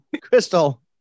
Crystal